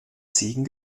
ziegen